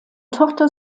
tochter